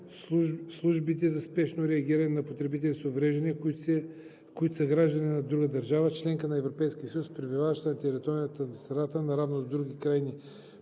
службите за спешно реагиране на потребители с увреждания, които са граждани на друга държава – членка на Европейския съюз, пребиваващи на територията на страната, наравно с другите крайни